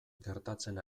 gertatzen